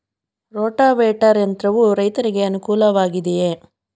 Rotavator ಯಂತ್ರವು ರೈತರಿಗೆ ಅನುಕೂಲ ವಾಗಿದೆಯೇ?